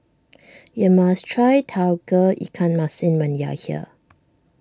you must try Tauge Ikan Masin when you are here